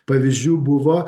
pavyzdžių buvo